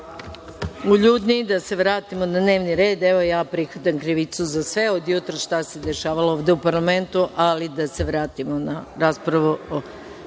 uljudniji i da se vratimo na dnevni red, evo prihvatam krivicu za sve od jutros šta se dešavalo ovde u parlamentu, ali da se vratimo na raspravu